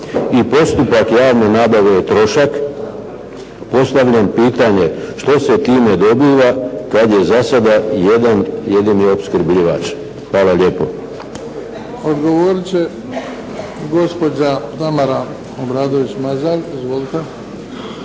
I postupak javne nabave je trošak. Postavljam pitanje što se time dobiva, kad je za sada jedan jedini opskrbljivač? Hvala lijepo. **Bebić, Luka (HDZ)** Odgovorit će gospođa Tamara Obradović Mazal. Izvolite.